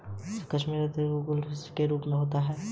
किशमिश अधिकतर ग्लूकोस और फ़्रूक्टोस के रूप में होता है